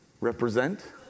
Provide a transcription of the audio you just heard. Represent